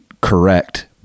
correct